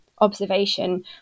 observation